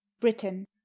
Britain